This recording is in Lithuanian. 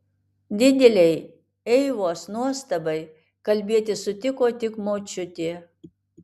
didelei eivos nuostabai kalbėti sutiko tik močiutė